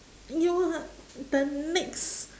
you uh the next